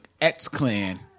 X-Clan